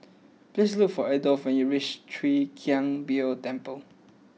please look for Adolf when you reach Chwee Kang Beo Temple